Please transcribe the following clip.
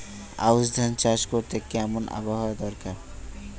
আউশ ধান চাষ করতে কেমন আবহাওয়া দরকার?